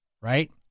right